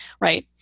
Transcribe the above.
Right